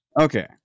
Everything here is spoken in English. Okay